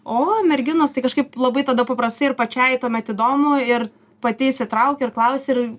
o merginos tai kažkaip labai tada paprastai ir pačiai tuomet įdomu ir pati įsitrauki ir klausi ir